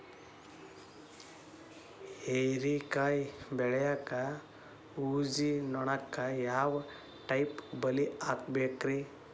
ಹೇರಿಕಾಯಿ ಬೆಳಿಯಾಗ ಊಜಿ ನೋಣಕ್ಕ ಯಾವ ಟೈಪ್ ಬಲಿ ಹಾಕಬೇಕ್ರಿ?